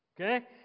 Okay